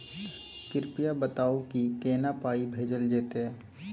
कृपया बताऊ की केना पाई भेजल जेतै?